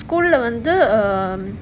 school lah வந்து:vandhu um